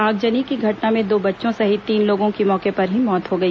आगजनी की घटना में दो बच्चों सहित तीन लोगों की मौके पर ही मौत हो गई